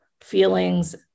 feelings